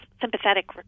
sympathetic